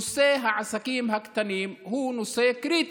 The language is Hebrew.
נושא העסקים הקטנים הוא נושא קריטי.